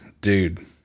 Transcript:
dude